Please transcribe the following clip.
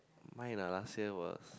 mine ah last year was